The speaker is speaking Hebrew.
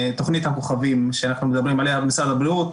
תכנית הכוכבים שאנחנו מדברים עליה במשרד הבריאות,